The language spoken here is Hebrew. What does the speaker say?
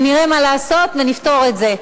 ונראה מה לעשות ונפתור את זה?